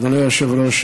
אדוני היושב-ראש,